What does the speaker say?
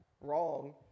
wrong